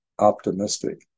optimistic